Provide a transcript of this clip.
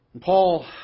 Paul